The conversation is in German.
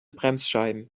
bremsscheiben